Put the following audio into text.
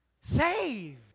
saved